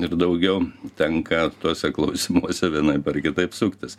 ir daugiau tenka tuose klausimuose vienaip ar kitaip suktis